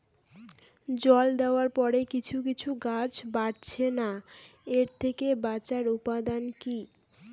জল দেওয়ার পরে কিছু কিছু গাছ বাড়ছে না এর থেকে বাঁচার উপাদান কী?